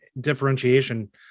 differentiation